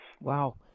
Wow